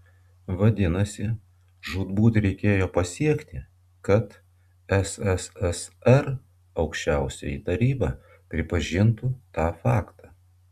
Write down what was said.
vadinasi žūtbūt reikėjo pasiekti kad sssr aukščiausioji taryba pripažintų tą faktą